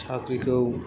साख्रिखौ